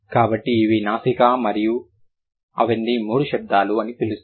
కాబట్టి ఇవి నాసికా అని మరియు అవన్నీ మూడు శబ్దాలు అని పిలుస్తారు